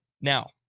now